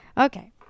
Okay